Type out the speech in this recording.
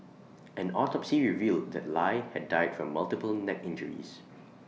an autopsy revealed that lie had died from multiple neck injuries